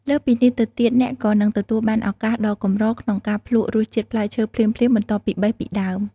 លើសពីនេះទៅទៀត អ្នកក៏នឹងទទួលបានឱកាសដ៏កម្រក្នុងការភ្លក្សរសជាតិផ្លែឈើភ្លាមៗបន្ទាប់ពីបេះពីដើម។